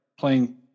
playing